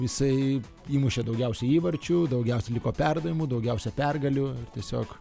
jisai įmušė daugiausiai įvarčių daugiausiai liko perdavimų daugiausia pergalių tiesiog